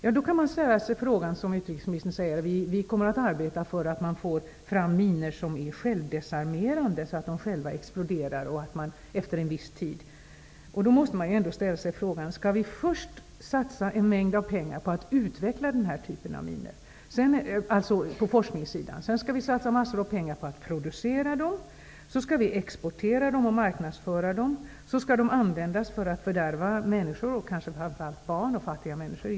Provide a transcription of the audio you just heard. Man kan då säga som utrikesministern, att vi kommer att arbeta för att få fram minor som är självdesarmerande, dvs. att de själva exploderar efter en viss tid. Men då måste man ställa sig frågan: Skall vi först satsa en mängd forskningspengar för att utveckla den här typen av minor? Skall vi sedan satsa en massa pengar för att producera, exportera och marknadsföra dem för att de sedan skall användas till att fördärva människor och kanske framför allt barn och fattiga människor?